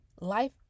life